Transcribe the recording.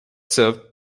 served